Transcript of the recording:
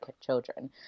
children